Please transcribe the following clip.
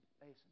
Listen